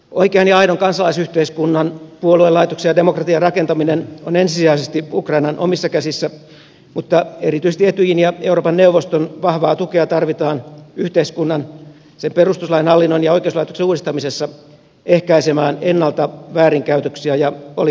oikean ja aidon kansalaisyhteiskunnan puoluelaitoksen ja demokratian rakentaminen on ensisijaisesti ukrainan omissa käsissä mutta erityisesti etyjin ja euroopan neuvoston vahvaa tukea tarvitaan yhteiskunnan sen perustuslain hallinnon ja oikeuslaitoksen uudistamisessa ehkäisemään ennalta väärinkäytöksiä ja oligarkkien valtaa